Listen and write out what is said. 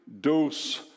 dose